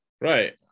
Right